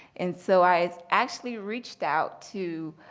and so i actually reached out to